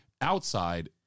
outside